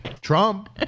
trump